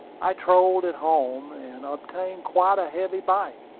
i trolled it home, and obtained quite a heavy bite.